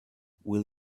will